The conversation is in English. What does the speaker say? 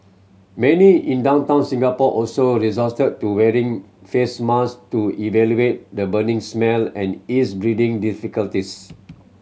many in downtown Singapore also resorted to wearing face mask to alleviate the burning smell and ease breathing difficulties